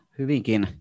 hyvinkin